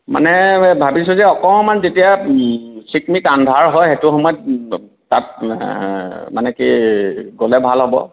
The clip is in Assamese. মানে ভাবিছোঁ যে অকমান যেতিয়া চিকমিক আন্ধাৰ হয় সেইটো সময়ত তাত মানে কি গ'লে ভাল হ'ব